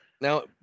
Now